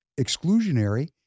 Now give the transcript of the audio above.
exclusionary